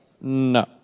No